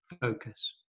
focus